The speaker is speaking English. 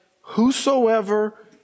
whosoever